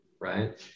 right